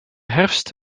herfst